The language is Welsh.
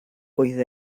oedd